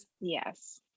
Yes